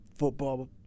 football